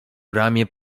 ramię